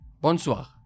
Bonsoir